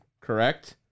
correct